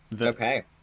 Okay